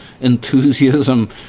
enthusiasm